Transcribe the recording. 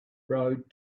road